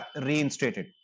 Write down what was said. reinstated